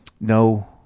no